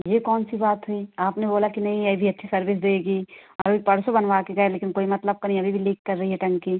ये कौन सी बात हुई आपने बोला कि नहीं ये अभी अच्छी सर्विस देगी अभी परसों बनवा के गए लेकिन कोई मतलब का नहीं अभी भी लीक कर रही है टंकी